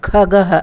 खगः